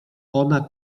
ona